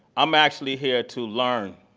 i'm actually here to learn,